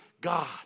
God